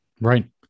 right